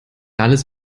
alles